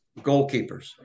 goalkeepers